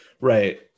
right